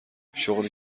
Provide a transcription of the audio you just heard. شغلی